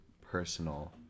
personal